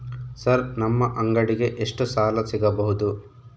Sir ನಮ್ಮ ಅಂಗಡಿಗೆ ಎಷ್ಟು ಸಾಲ ಸಿಗಬಹುದು?